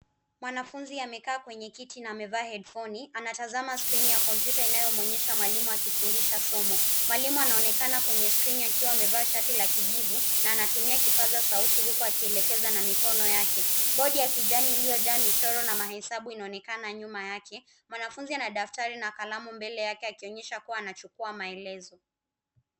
Mwanafunzi amekaa kwenye kiti na amevaa hedfoni, anatazama skrini ya kompyuta inayomwonyesha mwalimu akifundisha somo. mwalimu anaonekana kwenye skrini akiwa amevaa shati la kijivu na anatumia kipaza sauti huku akielekeza na mikono yake. Bodi ya kijani iliyojaa michoro na mahesabu inaonekana nyuma yake. mwanafunzi ana daftari na kalamu mbele yake akionyesha kuwa anachukua maelezo.